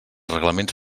reglaments